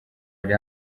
ari